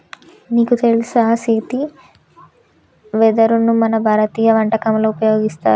నీకు తెలుసా సీతి వెదరును మన భారతీయ వంటకంలో ఉపయోగిస్తారు